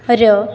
ର